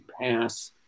pass